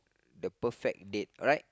the perfect date right